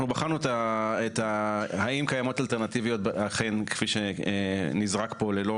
בחנו, האם קיימות אלטרנטיביות כפי שנזרק פה ללא